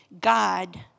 God